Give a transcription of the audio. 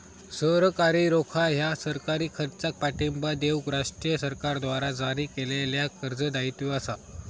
सरकारी रोखा ह्या सरकारी खर्चाक पाठिंबा देऊक राष्ट्रीय सरकारद्वारा जारी केलेल्या कर्ज दायित्व असा